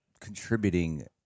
contributing